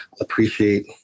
appreciate